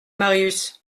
marius